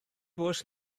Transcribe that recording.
bws